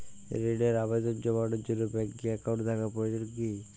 ঋণের আবেদন জানানোর জন্য ব্যাঙ্কে অ্যাকাউন্ট থাকা প্রয়োজন কী?